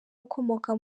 ukomoka